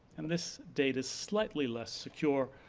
and this date is slightly less secure,